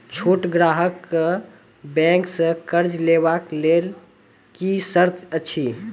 छोट ग्राहक कअ बैंक सऽ कर्ज लेवाक लेल की सर्त अछि?